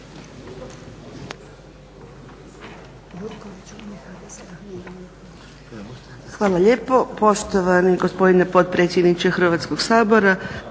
Hvala lijepo poštovani gospodine potpredsjedniče Hrvatskog sabora,